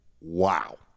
Wow